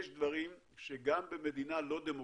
יש דברים שגם במדינה לא דמוקרטית,